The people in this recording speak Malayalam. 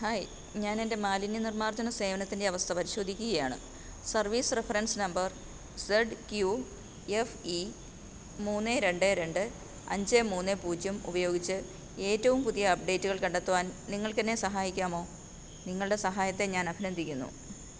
ഹായ് ഞാൻ എൻ്റെ മാലിന്യ നിർമാർജന സേവനത്തിൻ്റെ അവസ്ഥ പരിശോധിക്കുകയാണ് service reference number Z F E മൂന്ന് രണ്ട് രണ്ട് അഞ്ച് മൂന്ന് പൂജ്യം ഉപയോഗിച്ചു ഏറ്റവും പുതിയ അപ്ഡേറ്റുകൾ കണ്ടെത്തുവാൻ നിങ്ങൾക്ക് എന്നെ സഹായിക്കാമോ നിങ്ങളുടെ സഹായത്തെ ഞാൻ അഭിനന്ദിക്കുന്നു